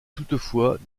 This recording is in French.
toutefois